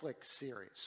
series